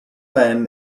men